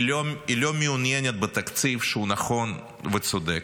היא לא מעוניינת בתקציב שהוא נכון וצודק.